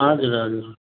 हजुर हजुर